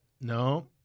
no